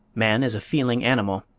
man is a feeling animal,